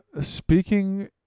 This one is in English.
speaking